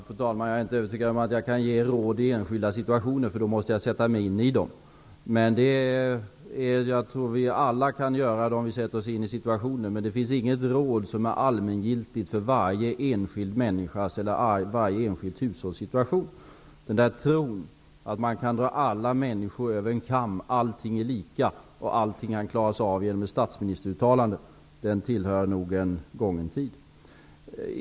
Fru talman! Jag är inte övertygad om att jag kan ge råd i enskilda situationer. Då måste jag sätta mig in i dem. Jag tror att vi alla kan göra det om vi sätter oss in i situationen, men det finns inget råd som är allmängiltigt för varje enskild människas eller varje enskilt hushålls situation. Tron att man kan dra alla människor över en kam, att allting är lika och att allting kan klaras av genom ett statsministeruttalande, tillhör nog en gången tid.